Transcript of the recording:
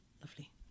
Lovely